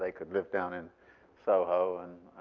ah could live down in soho and